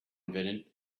invented